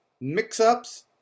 Mix-Ups